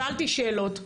שאלתי שאלות,